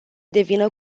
devină